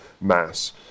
mass